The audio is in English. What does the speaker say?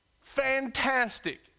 Fantastic